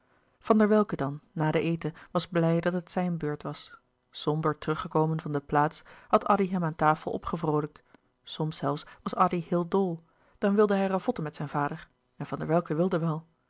van der welcke dan na den eten was blij dat het zijne beurt was somber teruggekomen van de plaats had addy hem aan tafel opgevroolijkt soms zelfs was addy heel dol dan wilde hij ravotten met zijn vader en van der welcke wilde wel